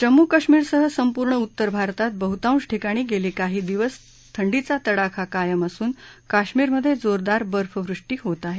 जम्मू काश्मिरसह संपूर्ण उत्तर भारतात बहुतांश ठिकाणी गेले काही दिवस थंडीचा तडाखा कायम असून काश्मिरमधे जोरदार बर्फवृष्टी होत आहे